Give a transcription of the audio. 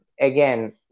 again